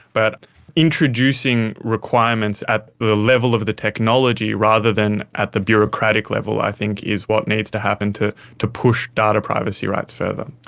but introducing requirements at the level of the technology rather than at the bureaucratic level i think is what needs to happen to to push data privacy rights further.